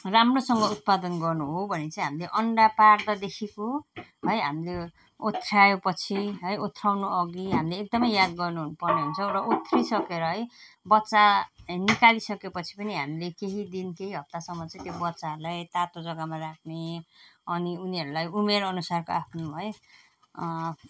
राम्रोसँग उत्पादन गर्नु हो भने चाहिँ हामीले अन्डा पार्दादेखिको है हामीले ओथ्रायो पछि है ओथ्राउनु अघि हामीले एकदम याद गर्नु हुनु पर्ने हुन्छौँ र ओथ्रिसकेर है बच्चा निकालिसके पछि पनि हामीले केही दिन केही हप्तासम्म चाहिँ त्यो बच्चाहरूलाई तातो जग्गामा राख्ने अनि उनीहरूलाई उमेर अनुसारको आफ्नो है